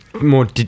more